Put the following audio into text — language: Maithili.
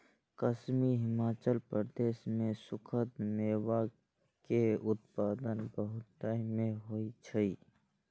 कश्मीर, हिमाचल प्रदेश मे सूखल मेवा के उत्पादन बहुतायत मे होइ छै